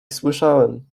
słyszałem